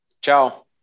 ciao